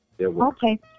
Okay